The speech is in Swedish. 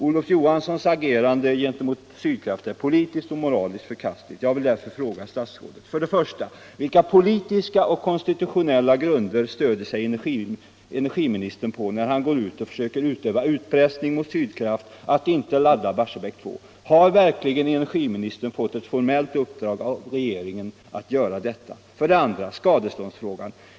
Otof Johanssons agerande gentemot Sydkraft är politiskt och moraliskt förkastligt. Jag vill därför fråga statsrådet: 1. Vilka politiska och konstitutionella grunder stöder sig energiministern på när han försöker utöva utpressning mot Sydkraft att inte ladda Barsebäck 2? Har verkligen energiministern fått ett formellt uppdrag av regeringen att göra detta? 2.